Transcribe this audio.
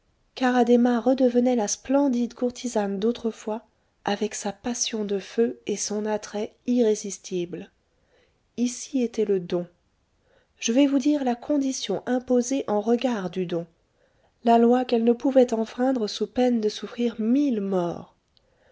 car addhéma redevenait la splendide courtisane d'autrefois avec sa passion de feu et son attrait irrésistible ici était le don je vais vous dire la condition imposée en regard du don la loi qu'elle ne pouvait enfreindre sous peine de souffrir mille morts